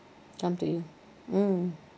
ya up to you mm